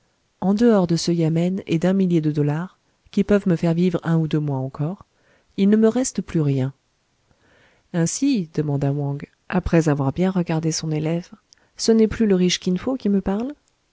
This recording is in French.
en dehors de ce yamen et d'un millier de dollars qui peuvent me faire vivre un ou deux mois encore il ne me reste plus rien ainsi demanda wang après avoir bien regardé son élève ce n'est plus le riche kin fo qui me parle